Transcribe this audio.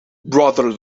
brother